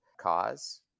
cause